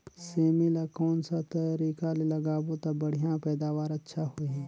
सेमी ला कोन सा तरीका ले लगाबो ता बढ़िया पैदावार अच्छा होही?